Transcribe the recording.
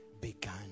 began